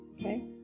okay